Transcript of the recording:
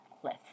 cliff